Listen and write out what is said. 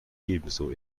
ebenso